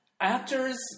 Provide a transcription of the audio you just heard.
Actors